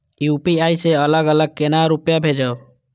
UPI से अलग अलग केना रुपया भेजब